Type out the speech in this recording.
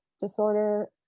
disorder